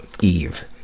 Eve